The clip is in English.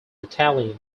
italian